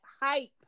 hype